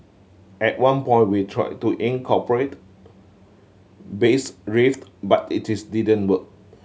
at one point we tried to incorporate bass riff but it didn't work